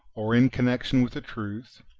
or in connection with the truth,